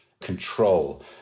control